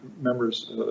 members